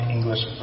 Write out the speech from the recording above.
English